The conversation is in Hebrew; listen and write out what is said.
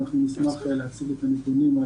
אנחנו נשמח להציג את הנתונים.